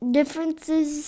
Differences